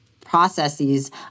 processes